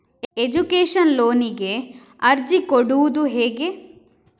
Education ಲೋನಿಗೆ ಅರ್ಜಿ ಕೊಡೂದು ಹೇಗೆ?